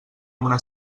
una